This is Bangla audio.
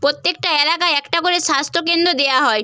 প্রত্যেকটা এলাকায় একটা করে স্বাস্থ্যকেন্দ্র দেওয়া হয়